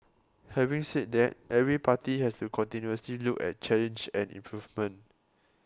having said that every party has to continuously look at change and improvement